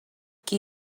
qui